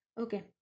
Okay